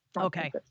okay